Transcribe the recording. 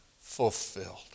fulfilled